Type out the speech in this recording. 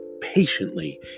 patiently